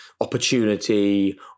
opportunity